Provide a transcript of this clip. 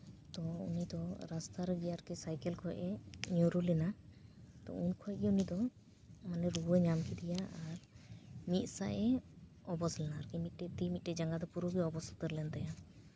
ᱛᱚ ᱩᱱᱤ ᱫᱚ ᱨᱟᱥᱛᱟ ᱨᱮᱜᱮ ᱟᱨᱠᱤ ᱥᱟᱭᱠᱮᱞ ᱠᱷᱚᱡ ᱮ ᱧᱩᱨᱩ ᱞᱮᱱᱟ ᱛᱚ ᱩᱱ ᱠᱷᱚᱱᱜᱮ ᱩᱱᱤ ᱫᱚ ᱨᱩᱣᱟᱹ ᱧᱟᱢ ᱠᱮᱫᱮᱭᱟ ᱢᱤᱫ ᱥᱟᱜ ᱮ ᱚᱵᱚᱥ ᱞᱮᱱᱟ ᱟᱨᱠᱤ ᱢᱤᱫᱴᱤᱡ ᱛᱤ ᱢᱤᱫᱴᱤᱡ ᱡᱟᱸᱜᱟ ᱫᱚ ᱯᱩᱨᱟᱹᱜᱮ ᱚᱵᱚᱥ ᱩᱛᱟᱹᱨ ᱞᱮᱱ ᱛᱟᱭᱟ